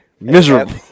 Miserable